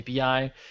api